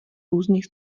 různých